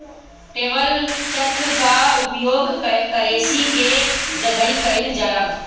traveller cheque कअ उपयोग currency के जगही कईल जाला